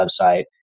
website